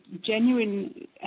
genuine